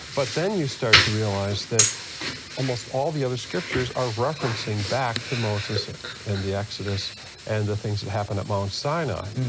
but then you start to realize that almost all the other scriptures are referencing back to moses and the exodus and the things that happened at mount sinai.